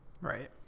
Right